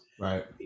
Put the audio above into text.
Right